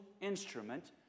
instrument